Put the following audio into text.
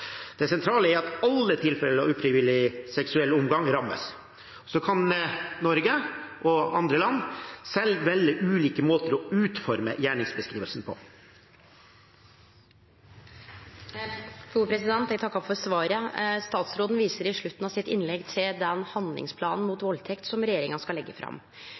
Det sentrale er at alle tilfeller av ufrivillig seksuell omgang rammes. Så kan Norge, og andre land, selv velge ulike måter å utforme gjerningsbeskrivelsen på. Eg takkar for svaret. Statsråden viser i slutten av sitt innlegg til den handlingsplanen mot valdtekt som regjeringa skal leggje fram.